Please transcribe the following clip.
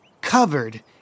covered